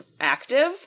active